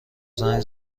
زنگ